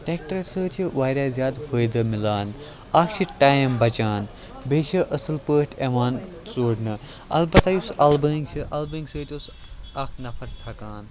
tractor سۭتۍ چھُ واریاہ زیادٕ فٲیدٕ میلان اَکھ چھُ ٹایم بَچان بیٚیہِ چھِ اصٕل پٲٹھۍ یِوان سوزنہٕ اَلبتہ یُس اَلہٕ بٲنٛگۍ چھِ اَلہٕ بٲنٛگۍ سۭتۍ اوس اَکھ نَفر تھکان